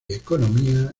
economía